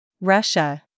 Russia